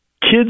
kids